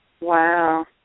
Wow